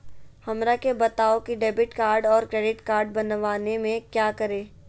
हमरा के बताओ की डेबिट कार्ड और क्रेडिट कार्ड बनवाने में क्या करें?